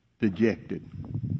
dejected